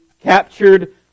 captured